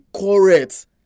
correct